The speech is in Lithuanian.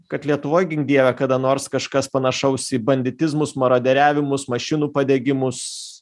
kad lietuvoj gink dieve kada nors kažkas panašaus į banditizmus maroderiavimus mašinų padegimus